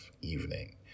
evening